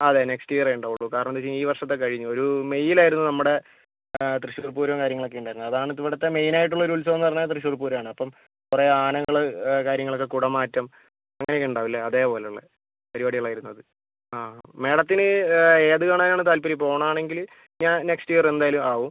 അതെ നെക്സ്റ്റ് ഇയറെ ഉണ്ടാവുകയുള്ളൂ കാരണം എന്താണെന്നുവെച്ചാൽ ഇനി ഈ വർഷത്തെ കഴിഞ്ഞു ഒരു മെയ്യിൽ ആയിരുന്നു നമ്മുടെ തൃശ്ശൂർ പൂരം കാര്യങ്ങളൊക്കെ ഉണ്ടായിരുന്നത് അതാണ് ഇത് ഇവിടുത്തെ മെയിൻ ആയിട്ടുള്ള ഒരു ഉത്സവമെന്ന് പറഞ്ഞാൽ തൃശ്ശൂർ പൂരമാണ് അപ്പം കുറേ ആനകൾ കാര്യങ്ങളൊക്കെ കുടമാറ്റം അങ്ങനെ ഒക്കെ ഉണ്ടാവില്ലെ അതേപോലുള്ള പരിപാടികളായിരുന്നു അത് ആ മേഡത്തിന് ഏത് കാണാനാണ് താൽപ്പര്യം ഇപ്പോൾ ഓണം ആണെങ്കിൽ ഞാൻ നെക്സ്റ്റ് ഇയർ എന്തായാലും ആവും